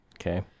Okay